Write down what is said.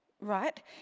Right